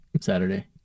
Saturday